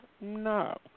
No